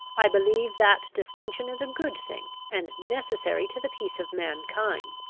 i believe that distinction is a good thing, and necessary to the peace of mankind.